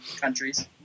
countries